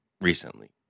recently